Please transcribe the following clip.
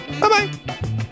Bye-bye